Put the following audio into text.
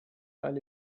alle